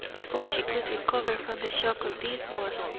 before she could recover from the shock of these words,